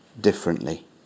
differently